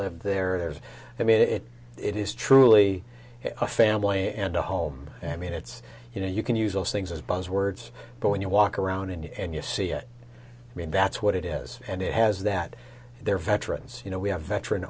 live there there's i mean if it is truly a family and a home i mean it's you know you can use those things as buzzwords but when you walk around and you see it i mean that's what it is and it has that there are veterans you know we have veteran